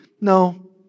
No